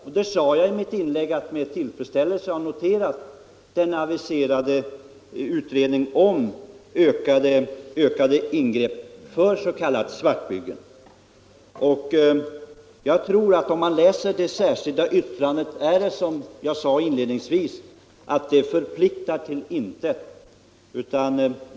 Jag sade förut att jag med tillfredsställelse har noterat det aviserade lagförslaget om ökade ingrepp mot s.k. svartbyggen. Om man läser det särskilda yttrandet av herrar Wennerfors och Danell på den här punkten, tror jag — som jag sade inledningsvis — att man skall finna att det förpliktar till intet.